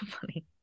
funny